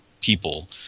people